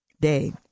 day